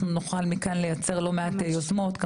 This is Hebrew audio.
אנחנו נוכל מכאן לייצר לא מעט יוזמות,